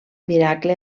miracle